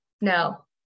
no